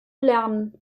lernen